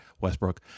Westbrook